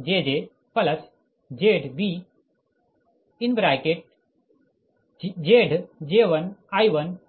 1ZjjZbZj1I1Zj2I2ZjjIjZjnIn प्राप्त करोगें